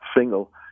single